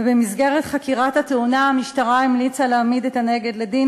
במסגרת חקירת התאונה המשטרה המליצה להעמיד את הנהגת לדין,